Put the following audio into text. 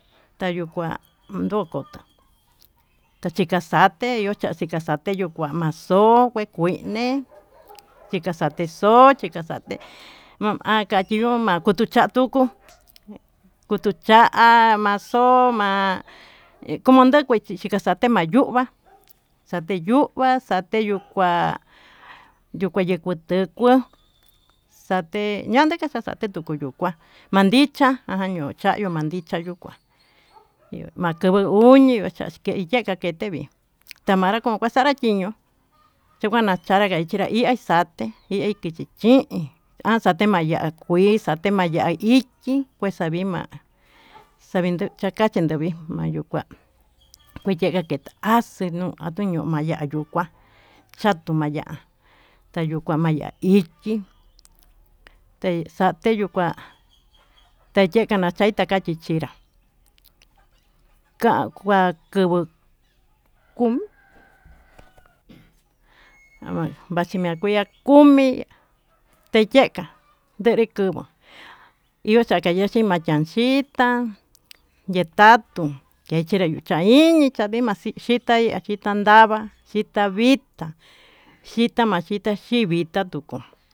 Tayukuá ndokotó kachikaxate yo'o kachikaxate yo'o kuan, ma'a xoke kuine chikaxate xo'ó chikaxaté uum achachio ma'a kuchi xa'a kutuu kutu cha'a maxoma'a, he comante xii komatate maxo'o ma'á xateyukua xate yuu kuá yuu kua yuu kutuku xate yande xate tukuyu kua mandicha ayuu chayu andichá, yuu kua makuvu uñi macha exke yengua kete vii tamanra kuu vaxanrá kiñó yuu kua kachanra kia xanra iha cha'a té hi kichi chin, an xaté maya'a kuii xaté maya'á ya'á ichí kue xavima'a xavinduu kixakache chevii nayukua, kaxemaketa ase nuu kuchi mayu'ú yayuka xatuu maya'á tayuu kua maya'a ichí, ta'a xecha yuu kuá tayeka naxaí taka chichi kinra ka'a kuan kuvuu komo ha kuachi makuya kumi teyaka monri kukun nexhin maxhian xhii tá yetatu inchi nacha iñii naxii machí xhita hii xhiatndava xhita vintá xhita maxhita xhivitá tukuu.